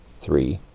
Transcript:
three,